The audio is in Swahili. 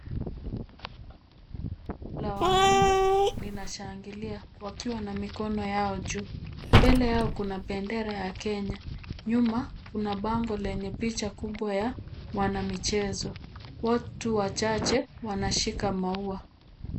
Kundi la wanaume linashangilia wakiwa na mikono yao juu. Mbele yao kuna bendera ya Kenya, nyuma kuna bango lenye picha kubwa ya mwanamichezo. Watu wachache wanashika maua.